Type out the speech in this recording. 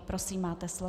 Prosím, máte slovo.